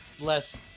less